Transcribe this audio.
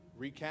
Recap